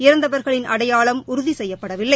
இறந்தவர்களின் அடையாளம் உறுதிசெய்யப்படவில்லை